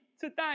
today